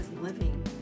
living